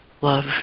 love